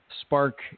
spark